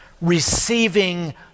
receiving